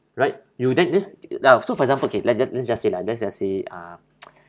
right you then this now so for example kay let's just let's just say lah let's just say uh